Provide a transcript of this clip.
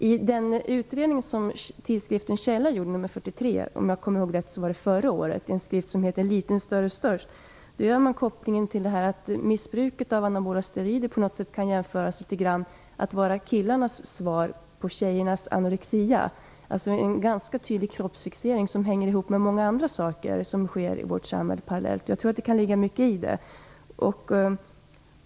I den utredning som redovisades i tidskriften Källa nr 43 förra året och som var rubricerad Liten, större, störst görs kopplingen att missbruket av anabola steroider litet grand kan ses som killarnas svar på tjejernas anorexia, dvs. som ett uttryck för en ganska tydlig kroppsfixering vilken hänger ihop med många andra saker som sker parallellt i vårt samhälle. Jag tror att det kan ligga mycket i det.